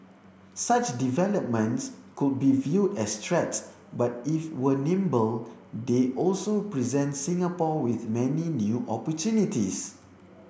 such developments could be viewed as threats but if we are nimble they also present Singapore with many new opportunities